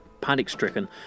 panic-stricken